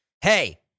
Hey